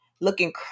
Looking